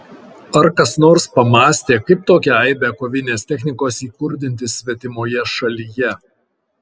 ar kas nors pamąstė kaip tokią aibę kovinės technikos įkurdinti svetimoje šalyje